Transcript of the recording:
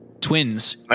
Twins